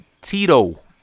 tito